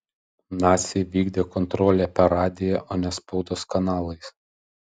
naciai vykdė kontrolę per radiją o ne spaudos kanalais